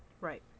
Right